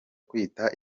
kwita